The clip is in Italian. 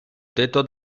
tetto